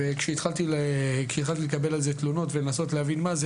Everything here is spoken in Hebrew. כשהתחלתי לקבל על זה תלונות ולנסות להבין מה זה,